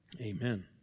amen